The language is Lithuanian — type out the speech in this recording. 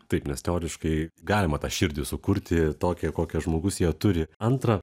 taip nes teoriškai galima tą širdį sukurti tokią kokią žmogus ją turi antrą